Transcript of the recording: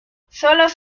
solos